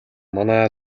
манай